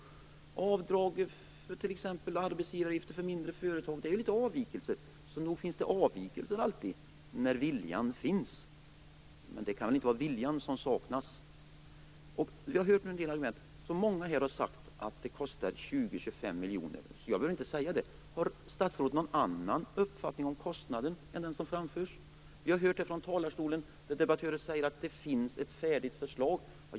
Avdraget för t.ex. arbetsgivaravgifter för mindre företag är också en avvikelse. Nog finns det avvikelser alltid - när viljan finns. Men det kan väl inte vara viljan som saknas? Vi har nu hört en del argument. Många har sagt att detta kostar 20-25 miljoner. Därför behöver jag inte säga det. Har statsrådet någon annan uppfattning om kostnaden än den som framförs? Vi har hört debattörer från talarstolen säga att det finns ett färdigt förslag.